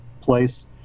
place